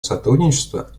сотрудничество